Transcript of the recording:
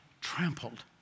trampled